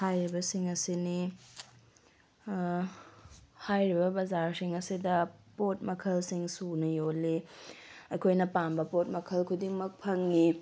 ꯍꯥꯏꯔꯤꯕꯁꯤꯡ ꯑꯁꯤꯅꯤ ꯍꯥꯏꯔꯤꯕ ꯕꯖꯥꯔꯁꯤꯡ ꯑꯁꯤꯗ ꯄꯣꯠ ꯃꯈꯜꯁꯤꯡ ꯁꯨꯅ ꯌꯣꯜꯂꯤ ꯑꯩꯈꯣꯏꯅ ꯄꯥꯝꯕ ꯄꯣꯠ ꯃꯈꯜ ꯈꯨꯗꯤꯡꯃꯛ ꯐꯪꯉꯤ